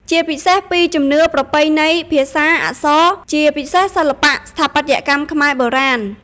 ជាពិសេសពីជំនឿ ប្រពៃណី ភាសា អក្សរ ជាពិសេសសិល្បៈស្ថាបត្យកម្មខ្មែរបុរាណ។